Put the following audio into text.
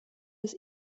des